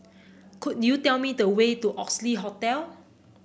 could you tell me the way to Oxley Hotel